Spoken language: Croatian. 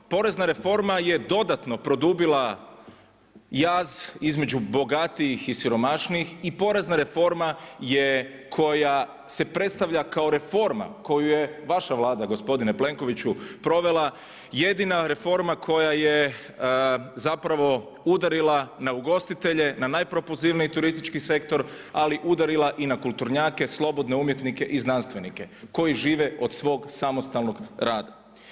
Porezna reforma je dodatno produbila jaz između bogatijih i siromašnijih i porezna reforma je koja se predstavlja kao reforma koju je vaša Vlada gospodine Plenkoviću provela jedina reforma koja je zapravo udarila na ugostitelje, na najpropulzivniji turistički sektor ali udarila i na kulturnjake, slobodne umjetnike i znanstvenike koji žive od svog samostalnog rada.